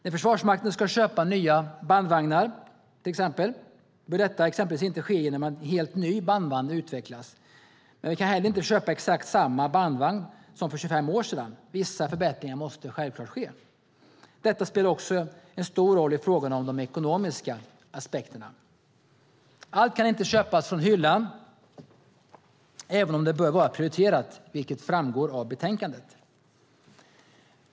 När Försvarsmakten ska köpa nya bandvagnar bör det exempelvis inte ske genom att en helt ny bandvagn utvecklas, men man kan inte heller köpa exakt samma bandvagn som för 25 år sedan. Vissa förbättringar måste självklart ske. Detta spelar också en stor roll i frågan om de ekonomiska aspekterna. Allt kan inte köpas från hyllan, även om det bör vara prioriterat, vilket framgår av betänkandet.